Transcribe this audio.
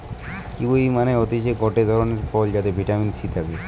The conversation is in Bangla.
কিউয়ি মানে হতিছে গটে ধরণের ফল যাতে ভিটামিন সি থাকে